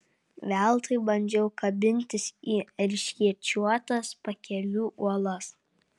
veltui bandžiau kabintis į erškėčiuotas pakelių uolas